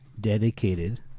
dedicated